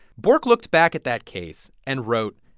bork looked back at that case and wrote,